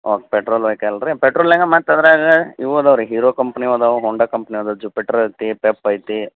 oak petrol ವೇಕಲ್ರಿ ಪೆಟ್ರೋಲಿನ್ಯಾಗ ಮತ್ತು ಅದ್ರಾಗ ಇವು ಇದಾವೆ ರೀ ಹೀರೋ ಕಂಪ್ನಿವು ಇದಾವು ಹೋಂಡ ಕಂಪ್ನಿ ಇದಾವ್ ಜುಪಿಟ್ರ್ ಐತಿ ಪೆಪ್ ಐತಿ